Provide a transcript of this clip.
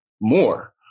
more